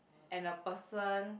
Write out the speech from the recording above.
and a person